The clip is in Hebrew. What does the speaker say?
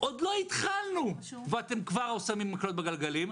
עוד לא התחלנו ואתם כבר שמים מקלות בגלגלים.